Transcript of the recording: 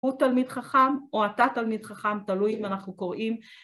הוא תלמיד חכם או אתה תלמיד חכם, תלוי אם אנחנו קוראים.